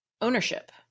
ownership